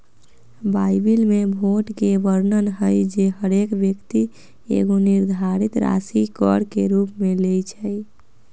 Bible में भोट के वर्णन हइ जे हरेक व्यक्ति एगो निर्धारित राशि कर के रूप में लेँइ छइ